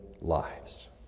lives